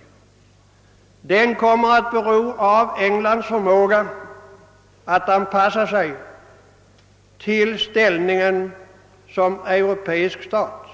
Nej, den kommer att bero av Englands förmåga att anpassa sig till ställningen som europeisk stat